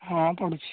ହଁ ପଢ଼ୁଛି